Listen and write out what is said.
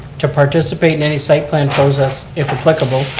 to participate in any site plan process, if applicable,